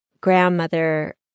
grandmother